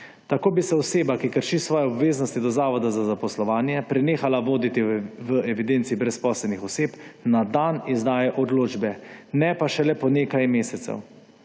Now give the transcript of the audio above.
Tako bi se oseba, ki krši svoje obveznosti do zavoda za zaposlovanje, prenehala voditi v evidenci brezposelnih oseb na dan izdaje odločbe, ne pa šele po nekaj mesecev.